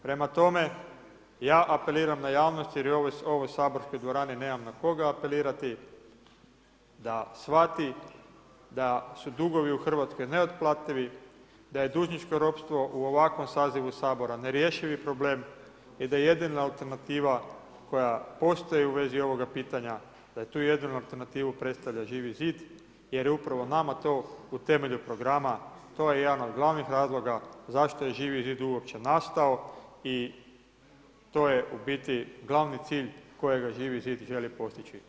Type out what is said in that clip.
Prema tome ja apeliram na javnost jer od ove Saborske dvorane nemam na koga apelirati da shvati da su dugovi u Hrvatskoj neotplativi, da je dužničko ropstvo u ovakvom sazivu Sabora nerješivi problem i da je jedina alternativa koja postoji u vezi ovoga pitanja, da tu jedinu alternativu predstavlja Živi zid jer je upravo nama to u temelju programa, to je jedan od glavni razloga zašto je Živi zid uopće nastao i to je u biti glavni cilj kojega Živi zid želi postići.